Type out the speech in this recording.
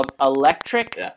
electric